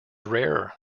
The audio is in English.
rare